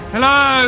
Hello